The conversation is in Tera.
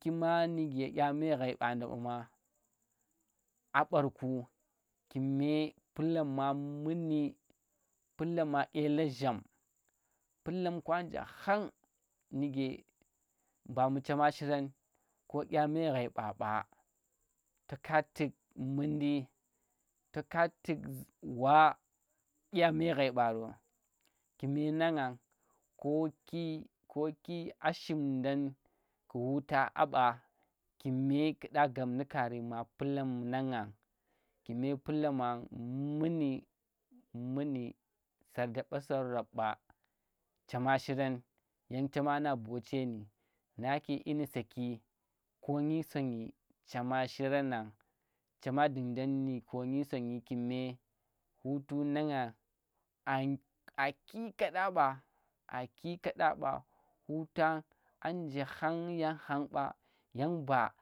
Ki ma nuge dya me ghai mɓa nɗa ɓama, a barku kume palana munni, palama dye luzham palam kwa nje khang nuge ba mbu chema a shiran ko dya me ghai ɓa ɓa, toka tu̱k mundi, to ka tu̱k wa dya me ghai ɓaro. Ku̱ma nang ngang, ko ki, ko ki a shim ndam ku̱ huta a ɓa kume ku̱ ɗa gap nu kari ma palam nang ngang kume palama munni, munni sor da ɓa sor rab ɓa shema shiran yeng chema na botenu̱. Nake dyi nu saki konyi sonnyi chema shiran na, chema dung dan nu konyi sonnyi kume hutu nang ngang a ki kaɗa ɓa, aki ka ɗa ɓa hutang a nJe khang yang khang ɓa yang mba.